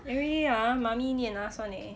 everyday ah mummy 念 us [one] leh